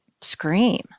scream